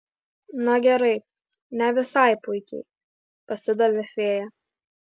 na gerai ne visai puikiai pasidavė fėja